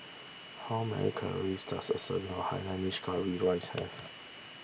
how many calories does a serving of Hainanese Curry Rice have